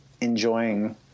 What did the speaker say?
enjoying